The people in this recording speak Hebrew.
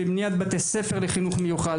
בבניית בתי-ספר לחינוך מיוחד,